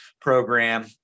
program